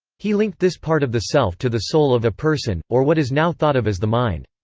he linked this part of the self to the soul of a person, or what is now thought of as the mind.